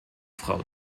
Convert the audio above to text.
frau